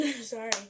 sorry